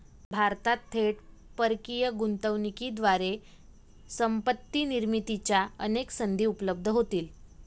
भारतात थेट परकीय गुंतवणुकीद्वारे संपत्ती निर्मितीच्या अनेक संधी उपलब्ध होतील